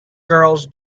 girls